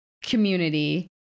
community